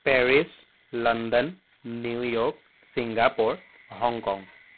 Paris London New York Singapore Hong Kong